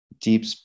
deep